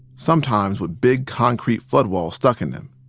sometimes with big concrete floodwalls stuck in them.